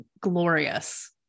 glorious